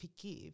forgive